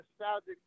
nostalgic